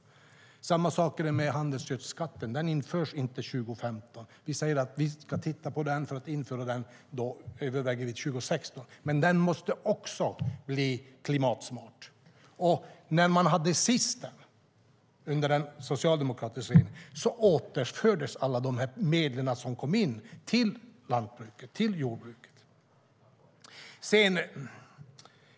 Samma sak är det med handelsgödselskatten - den införs inte 2015. Vi säger att vi ska titta på det och överväger att införa den 2016. Men den måste också bli klimatsmart. När man senast hade den under en socialdemokratisk regering återfördes alla de medel som kom in till lantbruket, till jordbruket.